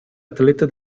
atleta